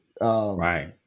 Right